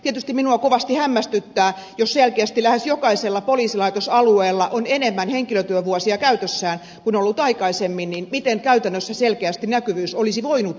tietysti minua kovasti hämmästyttää jos selkeästi lähes jokaisella poliisilaitosalueella on enemmän henkilötyövuosia käytössään kuin on ollut aikaisemmin miten käytännössä selkeästi näkyvyys olisi voinut vähentyä